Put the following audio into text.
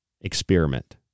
Experiment